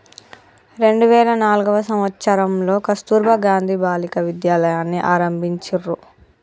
రెండు వేల నాల్గవ సంవచ్చరంలో కస్తుర్బా గాంధీ బాలికా విద్యాలయని ఆరంభించిర్రు